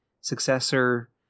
successor